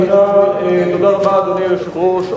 אדוני היושב-ראש,